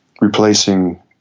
replacing